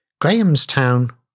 Grahamstown